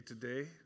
today